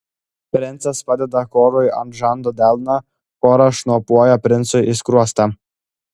princas padeda korui ant žando delną koras šnopuoja princui į skruostą